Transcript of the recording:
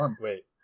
Wait